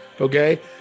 okay